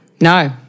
no